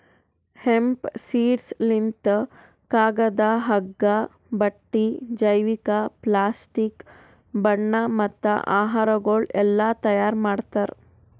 hemp seeds ಲಿಂತ್ ಕಾಗದ, ಹಗ್ಗ, ಬಟ್ಟಿ, ಜೈವಿಕ, ಪ್ಲಾಸ್ಟಿಕ್, ಬಣ್ಣ ಮತ್ತ ಆಹಾರಗೊಳ್ ಎಲ್ಲಾ ತೈಯಾರ್ ಮಾಡ್ತಾರ್